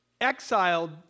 exiled